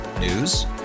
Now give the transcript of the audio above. News